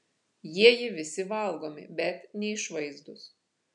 jieji visi valgomi bet neišvaizdūs